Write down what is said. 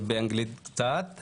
באנגלית קצת.